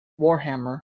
Warhammer